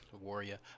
warrior